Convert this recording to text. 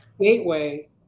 gateway